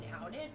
outed